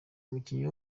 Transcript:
umukinnyi